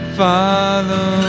follow